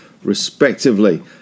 respectively